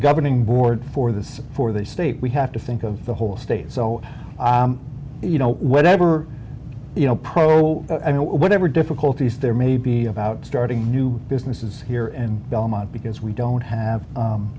governing board for this for the state we have to think of the whole state so you know whatever you know pro whatever difficulties there may be about starting new businesses here and belmont because we don't have